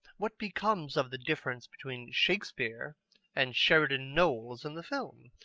what becomes of the difference between shakespeare and sheridan knowles in the film?